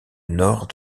nord